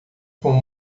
com